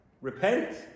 repent